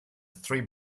three